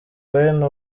wayne